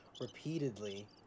repeatedly